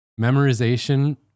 memorization